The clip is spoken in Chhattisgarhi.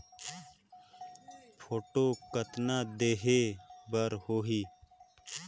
फोटो कतना देहें बर होहि?